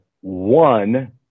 one